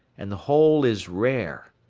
and the whole is rare.